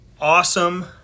awesome